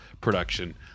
production